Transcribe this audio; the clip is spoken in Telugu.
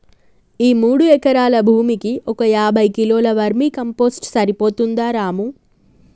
ఈ మూడు ఎకరాల భూమికి ఒక యాభై కిలోల వర్మీ కంపోస్ట్ సరిపోతుందా రాము